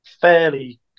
fairly